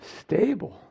Stable